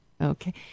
Okay